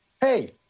Hey